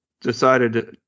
decided